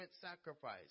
sacrifice